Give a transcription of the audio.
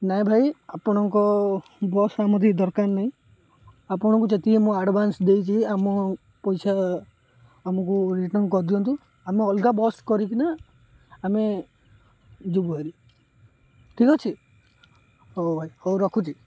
ନାଇଁ ଭାଇ ଆପଣଙ୍କ ବସ୍ ଆମର ଦରକାର ନାହିଁ ଆପଣଙ୍କୁ ଯେତିକି ମୁଁ ଆଡ଼ଭାନ୍ସ ଦେଇଛି ଆମ ପଇସା ଆମକୁ ରିଟର୍ନ କରିଦିଅନ୍ତୁ ଆମେ ଅଲଗା ବସ୍ କରିକିନା ଆମେ ଯିବୁ ହେରି ଠିକ୍ ଅଛି ହଉ ଭାଇ ହଉ ରଖୁଛି